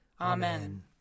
Amen